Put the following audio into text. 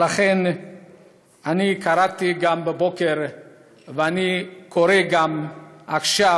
ולכן קראתי בבוקר ואני קורא גם עכשיו